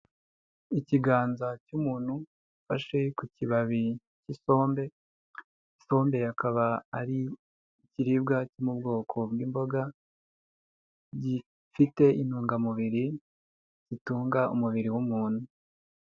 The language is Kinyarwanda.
Ikiganza cy'umuntu ufashe ku kibabi cy'isombe, isombe akaba ari ikiribwa cyo mu bwoko bw'imboga gifite intungamubiri zitunga umubiri w'umuntu.